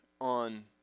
on